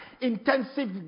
intensive